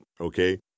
okay